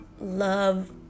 love